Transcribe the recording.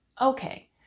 Okay